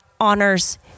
honors